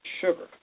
sugar